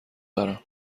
دارم